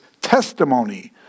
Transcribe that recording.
Testimony